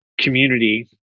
community